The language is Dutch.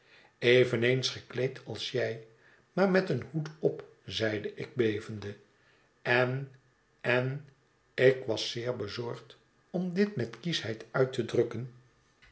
eveneens gekleed als jij maar met een hoed op zeide ik bevende en en ik was zeer bezorgd om dit met kieschheid uit te drukgen